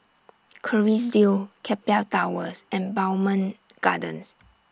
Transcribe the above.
Kerrisdale Keppel Towers and Bowmont Gardens